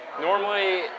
normally